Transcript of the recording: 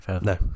no